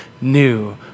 new